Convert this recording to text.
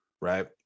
Right